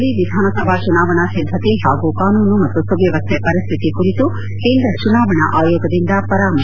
ತೆಲಂಗಾಣದಲ್ಲಿ ವಿಧಾನಸಭಾ ಚುನಾವಣಾ ಸಿದ್ದತೆ ಹಾಗೂ ಕಾನೂನು ಮತ್ತು ಸುವ್ಲವಸ್ಥೆ ಪರಿಸ್ಥಿತಿ ಕುರಿತು ಕೇಂದ್ರ ಚುನಾವಣಾ ಆಯೋಗದಿಂದ ಪರಾಮರ್ತೆ